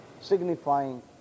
Signifying